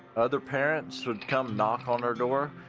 other parents would come knock on her door.